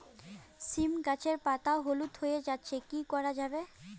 সীম গাছের পাতা হলুদ হয়ে যাচ্ছে কি করা যাবে?